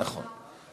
נכון.